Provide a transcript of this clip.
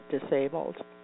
disabled